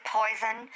poison